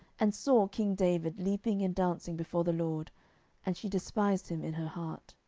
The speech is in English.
and saw king david leaping and dancing before the lord and she despised him in her heart.